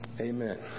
Amen